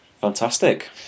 Fantastic